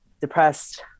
depressed